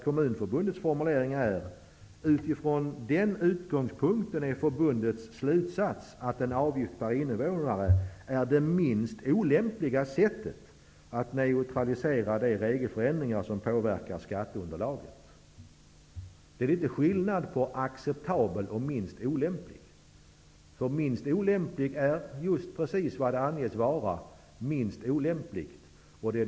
Kommunförbundets formulering är i stället: Utifrån den utgångspunkten är förbundets slutsats att en avgift per innevånare är det minst olämpliga sättet att neutralisera de regelförändringar som påverkar skatteunderlaget. Det är litet skillnad på ''acceptabel'' och ''minst olämpliga''. ''Minst olämpliga'' betyder helt enkelt att det är just minst olämpligt.